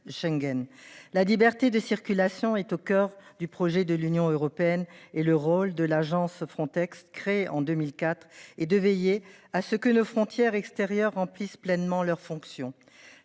Schengen, la liberté de circulation est au coeur du projet de l'Union européenne et le rôle de l'agence Frontex, créée en 2004 et de veiller à ce que nos frontières extérieures remplissent pleinement leurs fonctions.